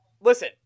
Listen